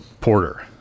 porter